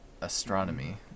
astronomy